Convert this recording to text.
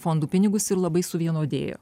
fondų pinigus ir labai suvienodėjo